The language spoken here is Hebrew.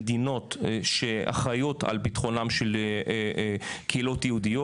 מדינות שאחראיות על ביטחונם של קהילות יהודיות.